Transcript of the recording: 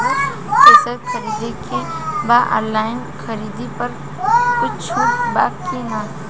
Thresher खरीदे के बा ऑनलाइन खरीद पर कुछ छूट बा कि न?